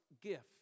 gift